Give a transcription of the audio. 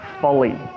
folly